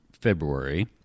February